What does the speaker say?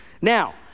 Now